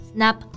Snap